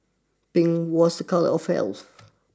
pink was a colour of health